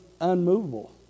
unmovable